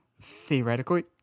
theoretically